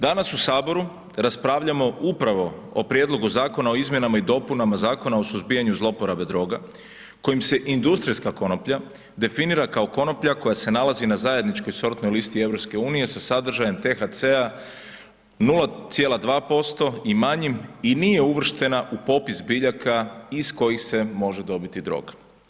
Danas u HS raspravljamo upravo o prijedlogu zakona o izmjenama i dopunama Zakona o suzbijanju zlouporabe droga kojim se industrijska konoplja definira kao konoplja koja se nalazi na zajedničkoj sortnoj listi EU sa sadržajem THC-a 0,2% i manjim i nije uvrštena u popis biljaka iz kojih se može dobiti droga.